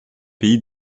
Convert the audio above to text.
pays